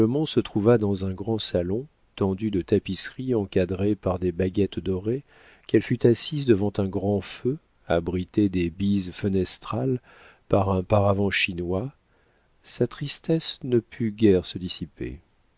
se trouva dans un grand salon tendu de tapisseries encadrées par des baguettes dorées qu'elle fut assise devant un grand feu abritée des bises fenestrales par un paravent chinois sa tristesse ne put guère se dissiper